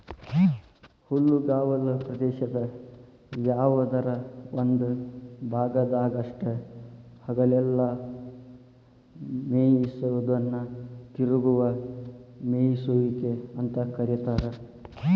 ಹುಲ್ಲುಗಾವಲ ಪ್ರದೇಶದ ಯಾವದರ ಒಂದ ಭಾಗದಾಗಷ್ಟ ಹಗಲೆಲ್ಲ ಮೇಯಿಸೋದನ್ನ ತಿರುಗುವ ಮೇಯಿಸುವಿಕೆ ಅಂತ ಕರೇತಾರ